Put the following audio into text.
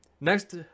next